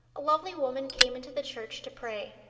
a lovely woman came into the church to pray.